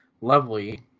Lovely